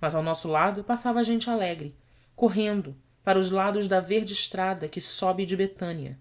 mas ao nosso lado passava gente alegre correndo para os lados da verde estrada que sobe de betânia